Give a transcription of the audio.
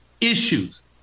issues